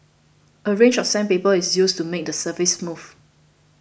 a range of sandpaper is used to make the surface smooth